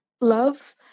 love